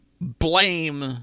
blame